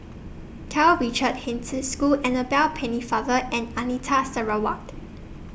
Karl Richard Hanitsch Annabel Pennefather and Anita Sarawak